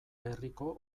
herriko